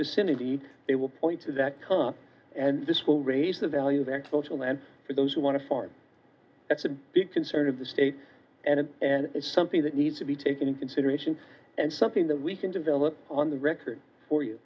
facility they will point to that and this will raise the value that cultural and for those who want to farm that's a big concern of the state and it and it's something that needs to be taken into consideration and something that we can develop on the record for you